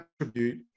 attribute